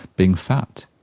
being fat.